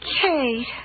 Kate